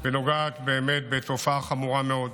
ונוגעת באמת בתופעה חמורה מאוד,